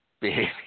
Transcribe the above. behavior